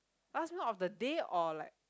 last meal of the day or like